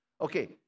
Okay